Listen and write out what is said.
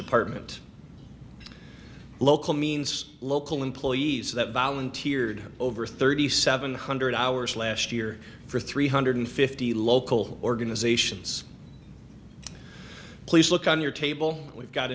department local means local employees that volunteered over thirty seven hundred hours last year for three hundred fifty local organizations please look on your table we've got